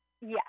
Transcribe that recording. yes